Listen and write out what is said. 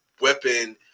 weapon